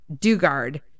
Dugard